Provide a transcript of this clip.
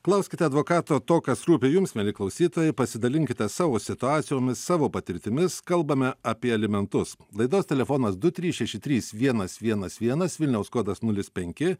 klauskite advokato to kas rūpi jums mieli klausytojai pasidalinkite savo situacijomis savo patirtimis kalbame apie alimentus laidos telefonas du trys šeši trys vienas vienas vienas vilniaus kodas nulis penki